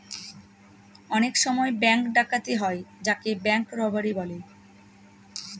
অনেক সময় ব্যাঙ্ক ডাকাতি হয় যাকে ব্যাঙ্ক রোবাড়ি বলে